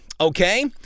Okay